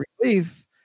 relief